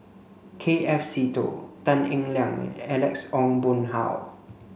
K F Seetoh Tan Eng Liang Alex Ong Boon Hau